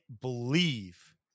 believe